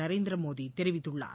நரேந்திர மோடி தெரிவித்துள்ளார்